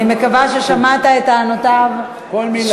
אני מקווה ששמעת את טענותיו, כל מילה.